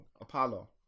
Apollo